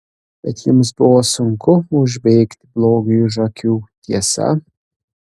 bet jums buvo sunku užbėgti blogiui už akių tiesa